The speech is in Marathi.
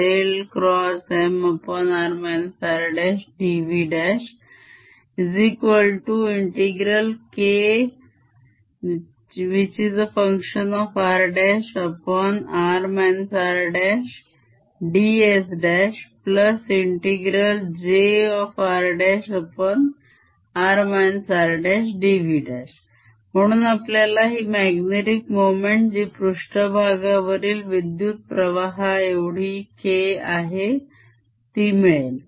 Ar n×Mr।r r।dSMr।r r।dVKr।r r।dSjr।r r।dV म्हणून आपल्याला ही magnetic मोमेंट जी पृष्ठभागावरील विद्युत्प्रवाहा एवढी K आहे ती मिळेल